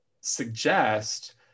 suggest